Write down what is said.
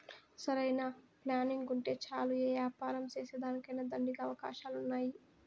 సరైన ప్లానింగుంటే చాలు యే యాపారం సేసేదానికైనా దండిగా అవకాశాలున్నాయి